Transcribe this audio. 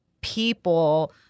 people